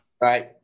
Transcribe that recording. right